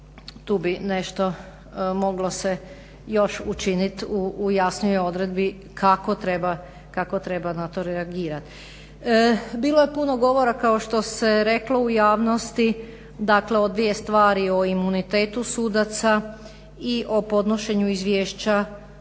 tu bi se nešto moglo učiniti u jasnijoj odredbi kako treba na to reagirati. Bilo je puno govora kao što se reklo u javnosti dakle o dvije stvari o imunitetu sudaca i o podnošenju izvješća predsjednika